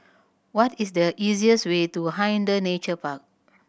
what is the easiest way to Hindhede Nature Park